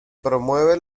promueve